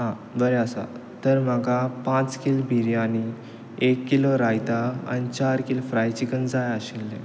आं बरें आसा तर म्हाका पांच कील बिर्यानी एक किलो रायता आनी चार कील फ्राय चिकन जाय आशिल्लें